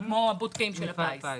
כמו לפיס.